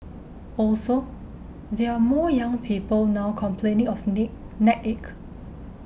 also there are more young people now complaining of nick neck ache